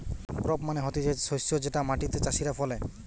crop মানে হতিছে শস্য যেটা মাটিতে চাষীরা ফলে